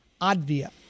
Advia